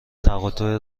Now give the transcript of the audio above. تقاطع